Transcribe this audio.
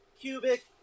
cubic